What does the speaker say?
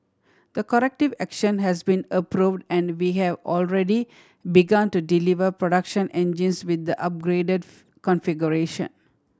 the corrective action has been approved and we have already begun to deliver production engines with the upgraded configuration